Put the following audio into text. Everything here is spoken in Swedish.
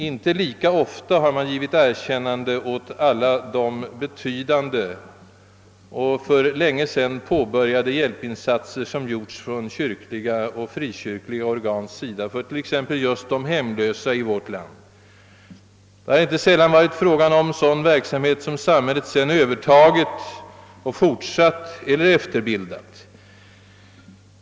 Inte lika ofta har man givit erkännande åt alla de betydande och för länge sedan påbörjade hjälpinsatser, som gjorts från kyrkliga och frikyrkliga organ för just hemlösa i vårt land. Det har inte sällan varit fråga om sådan verksamhet som samhället sedan övertagit och fortsatt eller efterbildat.